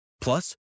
Plus